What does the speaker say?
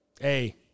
Hey